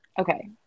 Okay